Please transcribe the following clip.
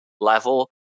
level